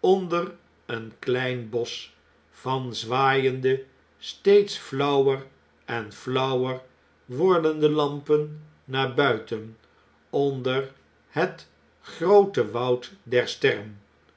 onder een klein bosch van zwaaiende steeds flauwer en flauwer wordende lampen naar buiten onder het groote woud der sterren